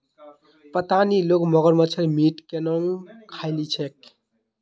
पता नी लोग मगरमच्छेर मीट केन न खइ ली छेक